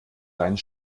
deinen